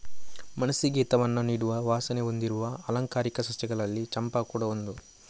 ಮನಸ್ಸಿಗೆ ಹಿತವನ್ನ ನೀಡುವ ವಾಸನೆ ಹೊಂದಿರುವ ಆಲಂಕಾರಿಕ ಸಸ್ಯಗಳಲ್ಲಿ ಚಂಪಾ ಕೂಡಾ ಒಂದು